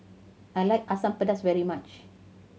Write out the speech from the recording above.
I like Asam Pedas very much